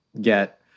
get